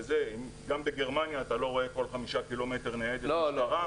גם בגרמניה אתה לא רואה כל 5 קילומטר ניידת משטרה,